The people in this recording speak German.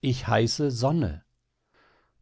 ich heiße sonne